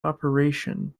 operation